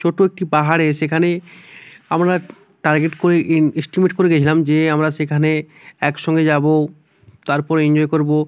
ছোট একটি পাহাড়ে সেখানে আমরা টার্গেট করে ইন এস্টিমেট করে গেছিলাম যে আমরা সেখানে একসঙ্গে যাবো তারপরে এনজয় করবো